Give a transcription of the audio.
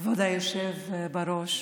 כבוד היושב-ראש,